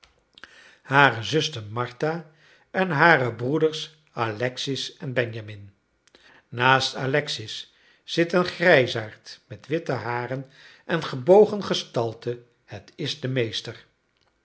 hare zuster martha en hare broeders alexis en benjamin naast alexis zit een grijsaard met witte haren en gebogen gestalte het is de meester